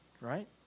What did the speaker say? right